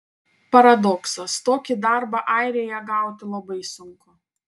paradoksas tokį darbą airijoje gauti labai sunku